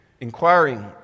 inquiring